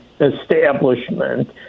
establishment